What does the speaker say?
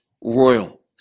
royal